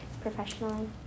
professionally